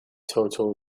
total